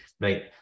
right